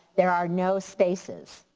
there are no spaces,